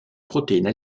protéines